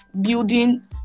building